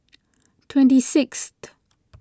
twenty sixth